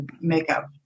makeup